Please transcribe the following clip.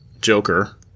Joker